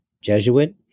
Jesuit